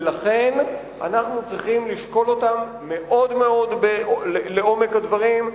ולכן אנחנו צריכים לשקול אותן לעומק הדברים.